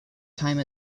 time